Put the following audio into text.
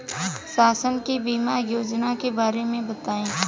शासन के बीमा योजना के बारे में बताईं?